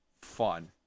fun